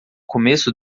começo